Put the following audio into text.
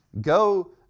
Go